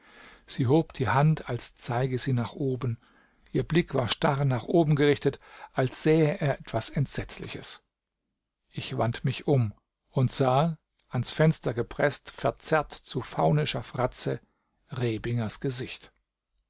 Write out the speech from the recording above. sie hob die hand als zeige sie nach oben ihr blick war starr nach oben gerichtet als sähe er etwas entsetzliches ich wand mich um und sah ans fenster gepreßt verzerrt zu faunischer fratze rebingers gesicht